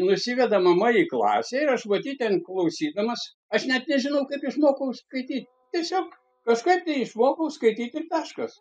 nusiveda mama į klasę ir aš matyt ten klausydamas aš net nežinau kaip išmokau skaityt tiesiog kažkaip tai išmokau skaityt ir taškas